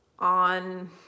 On